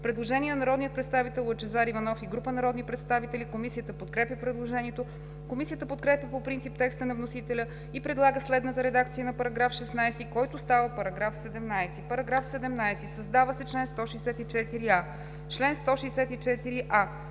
Предложение на народния представител Лъчезар Иванов и група народни представители. Комисията подкрепя предложението. Комисията подкрепя по принцип текста на вносителя и предлага следната редакция на § 16, който става § 17: „§ 17. Създава се чл. 164а: „Чл. 164а.